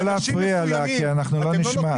לא להפריע לה, כי אנחנו לא נשמע.